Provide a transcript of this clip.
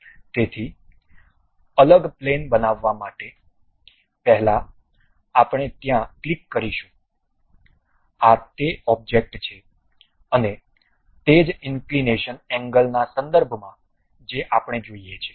તેથી અલગ પ્લેન બનાવવા માટે પહેલા આપણે ત્યાં ક્લિક કરીશું આ તે ઓબ્જેક્ટ છે અને તે જ ઇંક્લિનેશન એંગલના સંદર્ભમાં જે આપણને જોઈએ છે